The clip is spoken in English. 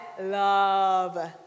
love